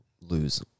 lose